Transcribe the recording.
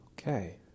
Okay